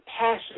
passion